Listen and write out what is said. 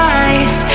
eyes